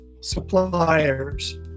suppliers